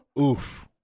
Oof